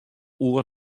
oer